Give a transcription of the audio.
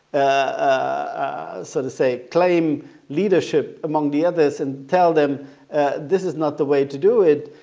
ah so to say, claim leadership among the others and tell them this is not the way to do it,